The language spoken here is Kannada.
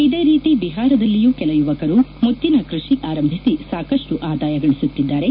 ಇದೇ ರೀತಿ ಬಿಹಾರದಲ್ಲಿಯೂ ಕೆಲ ಯುವಕರು ಮುತ್ತಿನ ಕೃಷಿ ಆರಂಭಿಸಿ ಸಾಕಷ್ಟು ಆದಾಯ ಗಳಿಸುತ್ತಿದ್ದಾರೆ